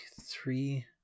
three